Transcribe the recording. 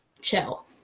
chill